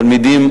התלמידים,